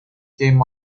came